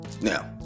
now